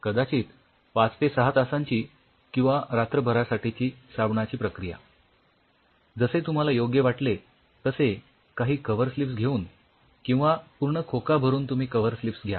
कदाचित ५ ते ६ तासांची किंवा रात्रभरासाठीची साबणाची प्रक्रिया जसे तुम्हाला योग्य वाटले तसे काही कव्हर स्लिप्स घेऊन किंवा पूर्ण खोका भरून तुम्ही कव्हर स्लिप्स घ्या